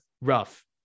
rough